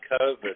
COVID